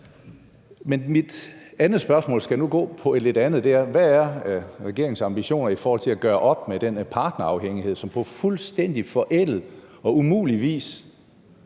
mit andet spørgsmål skal nu gå på noget lidt andet, og det er: Hvad er regeringens ambitioner i forhold til at gøre op med den partnerafhængighed, som på fuldstændig forældet og umulig vis